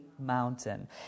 mountain